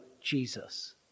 Jesus